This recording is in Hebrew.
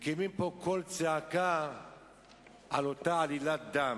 מקימים קול צעקה על אותה עלילת דם.